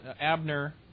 Abner